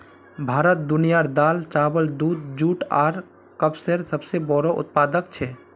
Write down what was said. भारत दुनियार दाल, चावल, दूध, जुट आर कपसेर सबसे बोड़ो उत्पादक छे